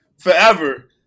forever